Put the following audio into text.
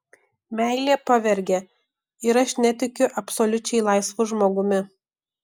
meilė pavergia ir aš netikiu absoliučiai laisvu žmogumi